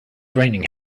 raining